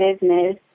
business